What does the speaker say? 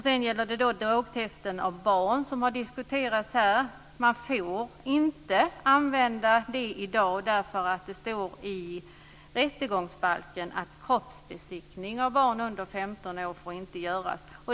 Sedan gäller det drogtester av barn, som har diskuterats här. Man får inte använda det i dag, därför att det står i rättegångsbalken att kroppsbesiktning av barn under 15 år inte får göras.